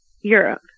Europe